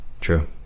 True